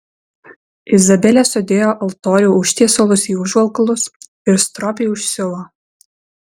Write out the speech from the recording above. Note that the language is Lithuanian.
izabelė sudėjo altorių užtiesalus į užvalkalus ir stropiai užsiuvo